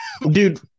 dude